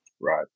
Right